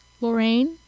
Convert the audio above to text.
Lorraine